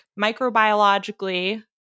microbiologically